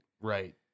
right